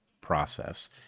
process